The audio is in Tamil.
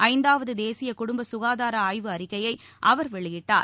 ஐந்தாவது தேசிய குடும்ப க்காதார ஆய்வு அறிக்கையை அவர் வெளியிட்டார்